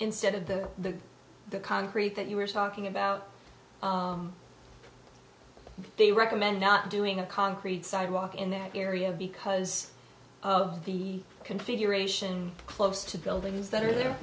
instead of the the the concrete that you were talking about they recommend not doing a concrete sidewalk in that area because of the configuration close to buildings that are there